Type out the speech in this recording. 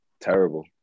terrible